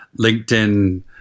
linkedin